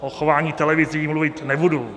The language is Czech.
O chování televizí mluvit nebudu.